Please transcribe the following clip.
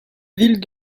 ville